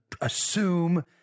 assume